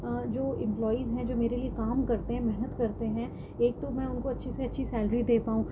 جو امپلائیز ہیں جو میرے لیے کام کرتے ہیں محنت کرتے ہیں ایک تو میں ان کو اچھی سے اچھی سیلری دے پاؤں